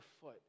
foot